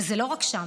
וזה לא רק שם,